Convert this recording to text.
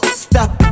stop